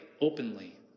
openly